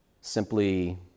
simply